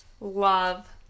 love